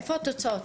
איפה התוצאות?